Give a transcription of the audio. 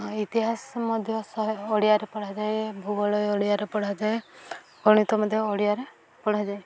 ଇତିହାସ ମଧ୍ୟ ଶହେ ଓଡ଼ିଆରେ ପଢ଼ା ଯାଏ ଭୂଗୋଳ ଓଡ଼ିଆରେ ପଢ଼ା ଯାଏ ଗଣିତ ମଧ୍ୟ ଓଡ଼ିଆରେ ପଢ଼ା ଯାଏ